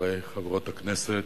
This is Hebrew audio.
חברי וחברות הכנסת,